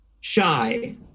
shy